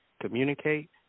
communicate